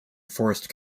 forest